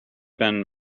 been